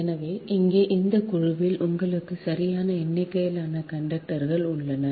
எனவே இங்கே அந்த குழுவில் உங்களுக்கு சரியான எண்ணிக்கையிலான கண்டக்டர்கள் உள்ளனர்